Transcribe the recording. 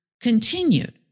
continued